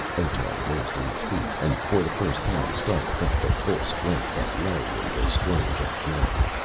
otar rose to his feet, and for the first time stark felt the full strength that lay in this strange old man.